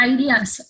Ideas